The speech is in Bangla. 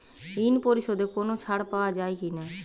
ঋণ পরিশধে কোনো ছাড় পাওয়া যায় কি?